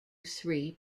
three